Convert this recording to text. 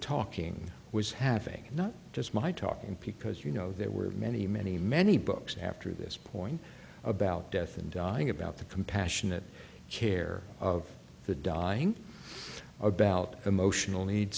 talking was having not just my talking picos you know there were many many many books after this point about death and dying about the compassionate care of the dying about emotional needs